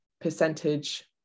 percentage